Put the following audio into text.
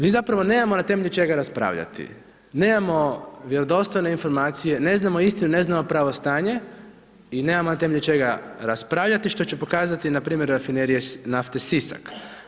Mi zapravo nemamo na temelju čega raspravljati, nemamo vjerodostojne informacije, ne znamo istinu, ne znamo pravo stanje i nemamo na temelju čega raspravljati, što ću pokazati na primjeru Rafinerije nafte Sisak.